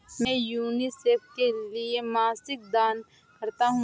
मैं यूनिसेफ के लिए मासिक दान करता हूं